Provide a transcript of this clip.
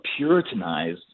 puritanized